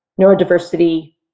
neurodiversity